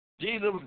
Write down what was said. Jesus